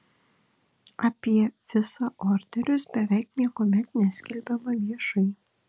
apie fisa orderius beveik niekuomet neskelbiama viešai